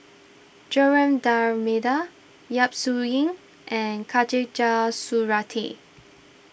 Joaquim D'Almeida Yap Su Yin and Khatijah Surattee